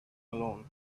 alone